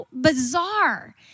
bizarre